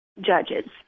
judges